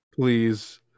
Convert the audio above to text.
Please